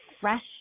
fresh